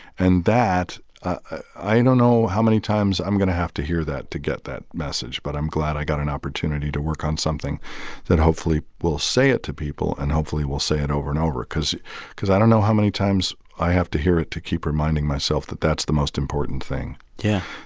and that ah i don't know how many times i'm going to have to hear that to get that message, but i'm glad i got an opportunity to work on something that hopefully will say it to people and hopefully will say it over and over because because i don't know how many times i have to hear it to keep reminding myself that that's the most important thing. yeah.